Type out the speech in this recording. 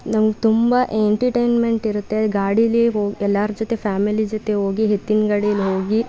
ನಮ್ಮ ತುಂಬ ಎಂಟಟೈನ್ಮೆಂಟ್ ಇರುತ್ತೆ ಗಾಡೀಲಿ ಹೊ ಎಲ್ಲಾರ ಜೊತೆ ಫ್ಯಾಮಿಲಿ ಜೊತೆ ಹೋಗಿ ಎತ್ತಿನ ಗಾಡೀಲಿ ಹೋಗಿ